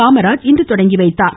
காமராஜ் இன்று தொடங்கி வைத்தார்